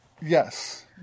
Yes